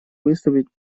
выступить